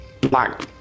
black